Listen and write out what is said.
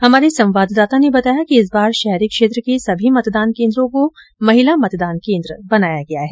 हमारे संवाददाता ने बताया कि इस बार शहरी क्षेत्र के सभी मतदान केन्द्रों को महिला मतदान केन्द्र बनाया गया है